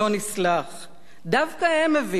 דווקא הם הבינו ויישמו